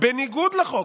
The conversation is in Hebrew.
בניגוד לחוק,